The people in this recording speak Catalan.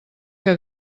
que